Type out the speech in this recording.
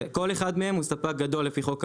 כן, כל אחד מהם הוא ספק גדול לפי חוק המזון.